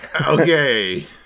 Okay